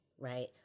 Right